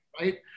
Right